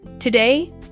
Today